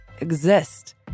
exist